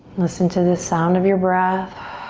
listen to this sound of your breath.